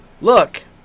Look